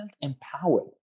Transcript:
empowered